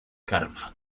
karma